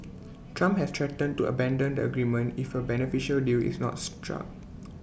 Trump has threatened to abandon the agreement if A beneficial deal is not struck